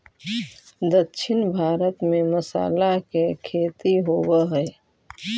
दक्षिण भारत में मसाला के खेती होवऽ हइ